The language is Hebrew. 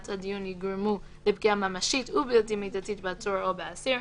הדיון יגרמו לפגיעה ממשית ובלתי מידתית בעצור או באסיר,